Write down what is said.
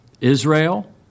Israel